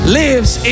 lives